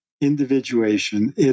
individuation